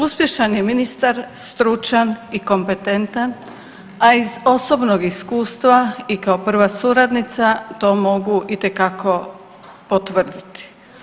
Uspješan je ministar, stručan i kompetentan, a iz osobnog iskustva i kao prva suradnica to mogu itekako potvrditi.